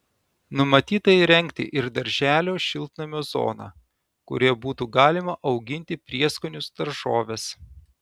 numatyta įrengti ir darželio šiltnamio zoną kurioje būtų galima auginti prieskonius daržoves